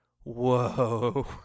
whoa